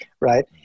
right